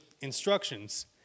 instructions